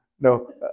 no